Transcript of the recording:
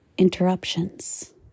interruptions